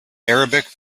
arabic